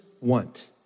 want